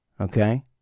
okay